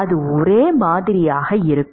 அது ஒரே மாதிரியாக இருக்கும்